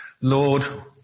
Lord